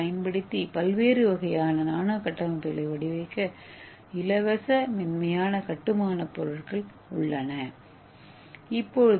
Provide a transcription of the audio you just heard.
ஏவைப் பயன்படுத்தி பல்வேறு நானோ கட்டமைப்புகளை வடிவமைக்க இலவச மென்மையான பொருட்கள் உள்ளன கட்டுமான பொருள்